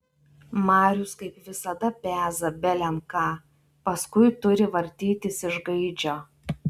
marius kaip visada peza belen ką paskui turi vartytis iš gaidžio